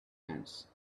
hands